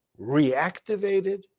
reactivated